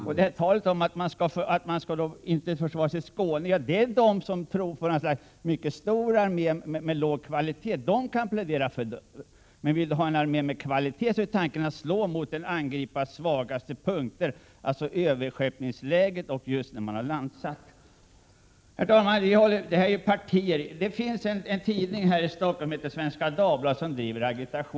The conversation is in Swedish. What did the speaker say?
De som talar om att Sverige inte skulle försvaras i Skåne är de som tror på en mycket stor armé med låg kvalitet. Men för dem som vill ha ett försvar och en armé med hög kvalitet är tanken däremot att man skall slå mot en angripares svagaste punkter, dvs. vid överskeppningsläget och just när angriparen har blivit landsatt. Herr talman! Det finns en tidning här i Stockholm som heter Svenska Dagbladet och som driver agitation.